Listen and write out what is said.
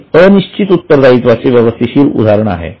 हे अनिश्चित उत्तरदायित्वाचे व्यवस्थित उदाहरण आहे